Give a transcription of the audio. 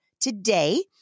today